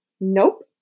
Nope